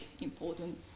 important